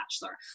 Bachelor